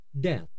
death